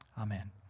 Amen